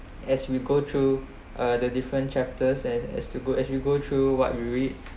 as we go through uh the different chapters as as to go as we go through what we read